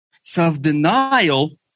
Self-denial